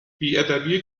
بیادبی